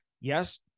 Yes